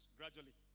gradually